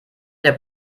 der